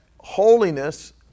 holiness